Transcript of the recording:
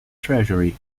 treasury